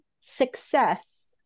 success